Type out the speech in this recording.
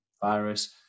virus